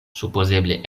supozeble